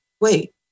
wait